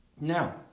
Now